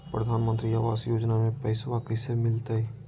प्रधानमंत्री आवास योजना में पैसबा कैसे मिलते?